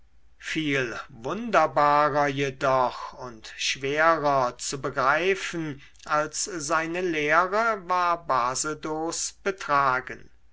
viel wunderbarer jedoch und schwerer zu begreifen als seine lehre war basedows betragen